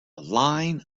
line